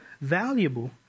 valuable